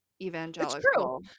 evangelical